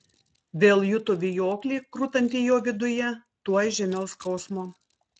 vėl juto vijoklį krutantį jo viduje tuoj žemiau skausmo